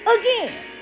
again